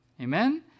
Amen